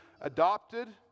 adopted